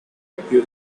appeal